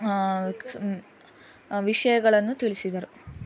ವಿಷಯಗಳನ್ನು ತಿಳಿಸಿದರು